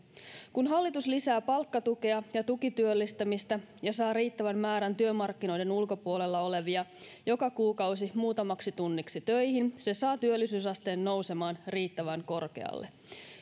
kun hallitus lisää palkkatukea ja tukityöllistämistä ja saa riittävän määrän työmarkkinoiden ulkopuolella olevia joka kuukausi muutamaksi tunniksi töihin se saa työllisyysasteen nousemaan riittävän korkealle